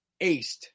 aced